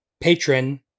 patron